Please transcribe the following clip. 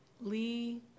Lee